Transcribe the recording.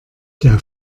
der